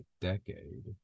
decade